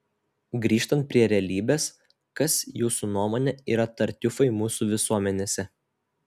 grįžtant prie realybės kas jūsų nuomone yra tartiufai mūsų visuomenėse